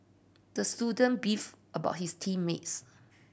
the student beef about his team mates